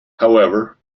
however